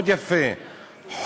מאוד יפה,